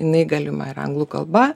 jinai galima ir anglų kalba